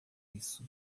isso